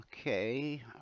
Okay